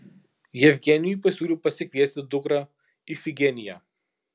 jevgenijui pasiūliau pasikviesti dukrą ifigeniją